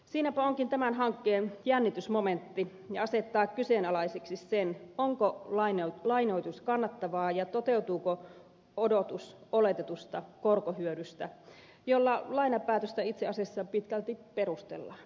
siinäpä onkin tämän hankkeen jännitysmomentti ja se asettaa kyseenalaiseksi sen onko lainoitus kannattavaa ja toteutuuko odotus oletetusta korkohyödystä jolla lainapäätöstä itse asiassa pitkälti perustellaan